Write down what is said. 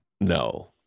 no